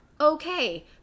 okay